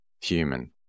human